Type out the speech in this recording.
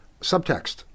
subtext